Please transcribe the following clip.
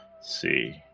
See